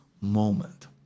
moment